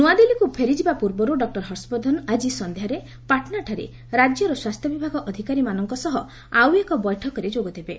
ନୂଆଦିଲ୍ଲୀକୁ ଫେରିଯିବା ପୂର୍ବରୁ ଡକୁର ହର୍ଷବର୍ଦ୍ଧନ ଆଜି ସନ୍ଧ୍ୟାରେ ପାଟନାଠାରେ ରାଜ୍ୟର ସ୍ୱାସ୍ଥ୍ୟ ବିଭାଗ ଅଧିକାରୀମାନଙ୍କ ସହ ଆଉ ଏକ ବୈଠକରେ ଯୋଗ ଦେବେ